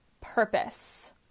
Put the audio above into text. purpose